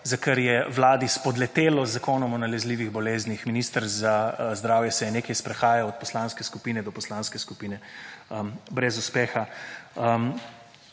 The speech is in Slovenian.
za kar je vladi spodletelo z zakonom o nalezljivih boleznih. Minister za zdravje se je nekaj sprehajal od poslanske skupine do poslanske skupine brez uspeha,